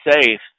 safe